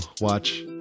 watch